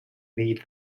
leave